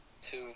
two